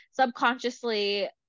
subconsciously